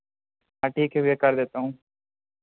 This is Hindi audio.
हाँ ठीक है भैया कर देता हूँ